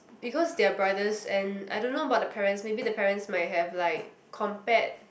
because they are brothers and I don't know about the parents maybe the parents might have like compared